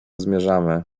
zmierzamy